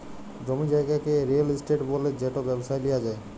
জমি জায়গাকে real estate ব্যলে যেট ব্যবসায় লিয়া যায়